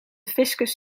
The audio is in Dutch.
fiscus